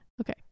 Okay